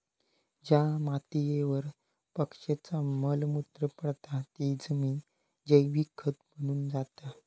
ज्या मातीयेवर पक्ष्यांचा मल मूत्र पडता ती जमिन जैविक खत बनून जाता